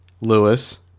Lewis